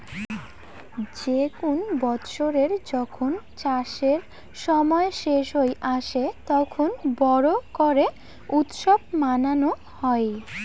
যে কুন বৎসরের জন্য যখন চাষের সময় শেষ হই আসে, তখন বড় করে উৎসব মানানো হই